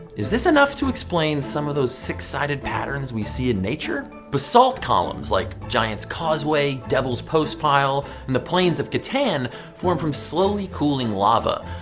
is this enough to explain some of the six-sided patterns we see in nature? basalt columns like giant's causeway, devil's postpile, and the plains of catan form from slowly cooling lava.